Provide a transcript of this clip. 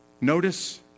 Notice